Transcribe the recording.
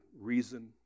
reason